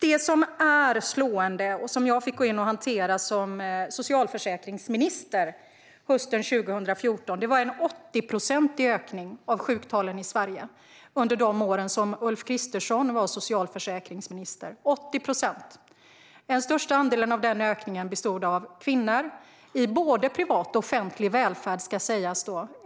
Det som var slående och som jag fick gå in och hantera som socialförsäkringsminister hösten 2014 var en 80-procentig ökning av sjuktalen i Sverige under de år då Ulf Kristersson var socialförsäkringsminister. Den största andelen av den ökningen stod kvinnor för, i både privat och offentlig välfärd.